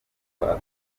akaba